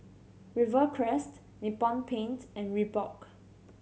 Rivercrest Nippon Paint and Reebok